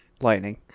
Lightning